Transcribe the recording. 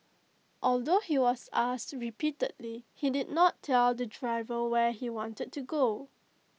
although he was asked repeatedly he did not tell the driver where he wanted to go